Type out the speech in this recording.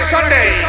Sunday